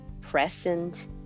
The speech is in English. present